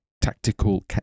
tactical